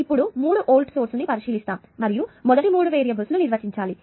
ఇప్పుడు మూడు volt source ని పరిశీలిస్తాము మరియు మొదటి వేరియబుల్ను నిర్వచించాలి